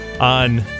on